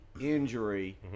injury